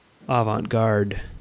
avant-garde